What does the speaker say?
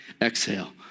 exhale